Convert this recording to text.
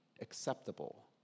acceptable